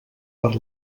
per